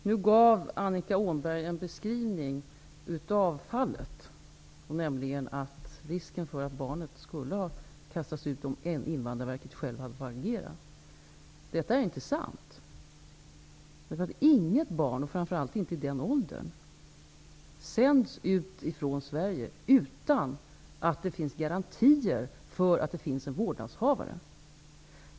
Herr talman! Annika Åhnberg gav nu en beskrivning av fallet. Hon sade att det hade funnits en risk att barnet hade kastats ut ur landet om Invandrarverket hade fått agera på egen hand. Detta är inte sant. Inget barn, och framför allt inte barn i den åldern, sänds ut från Sverige utan att det finns garantier för att det finns en vårdnadshavare.